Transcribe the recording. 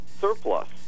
surplus